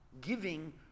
giving